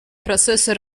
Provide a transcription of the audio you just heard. процесса